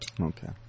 Okay